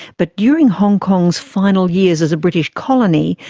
but during hong kong's final years as a british colony,